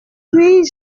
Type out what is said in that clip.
puis